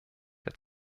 der